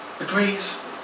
agrees